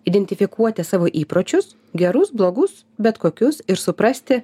identifikuoti savo įpročius gerus blogus bet kokius ir suprasti